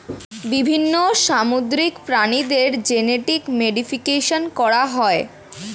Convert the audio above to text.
বিভিন্ন সামুদ্রিক প্রাণীদের জেনেটিক মডিফিকেশন করা হয়